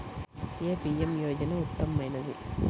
ఏ PM యోజన ఉత్తమమైనది?